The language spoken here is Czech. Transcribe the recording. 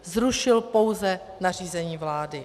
Zrušil pouze nařízení vlády.